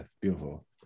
beautiful